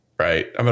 Right